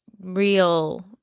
real